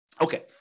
Okay